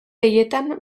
haietan